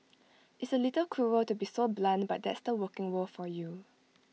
it's A little cruel to be so blunt but that's the working world for you